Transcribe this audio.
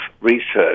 research